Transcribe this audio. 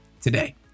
today